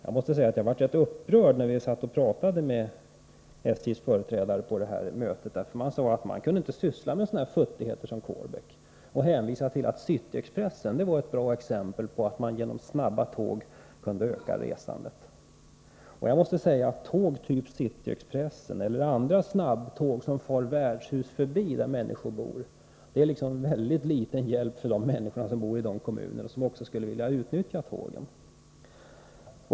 Jag måste säga att jag blev rätt upprörd när vi satt och pratade med SJ:s företrädare. De sade att SJ inte kunde syssla med sådana futtigheter som Kolbäck. Man hänvisade till City Expressen som ett bra exempel på att man genom snabba tåg kan öka resandet. Men tåg av typ City Expressen eller andra snabbtåg som far värdshus förbi är till väldigt liten hjälp för de människor som bor i dessa kommuner och som också skulle vilja utnyttja tågen.